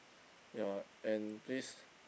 ya and please